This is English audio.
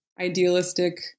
idealistic